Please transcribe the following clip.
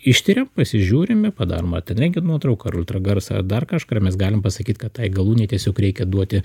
ištyriam pasižiūrime padarom ar ten rentgen nuotrauką ar ultragarsą ar dar kažkur mes galim pasakyt kad tai galūnei tiesiog reikia duoti